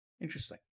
Interesting